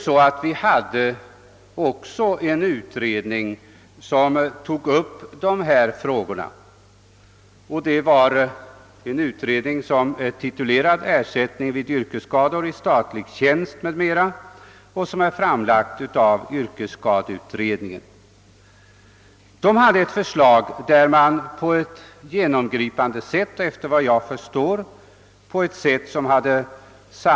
Yrkesskadeutredningen tog också upp dessa frågor i sitt betänkande »Ersättning vid yrkesskador i statlig tjänst m.m.». Utredningen framlade ett för slag till genomgripande samordning på detta område.